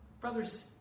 brothers